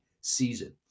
season